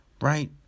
right